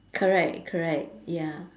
correct correct ya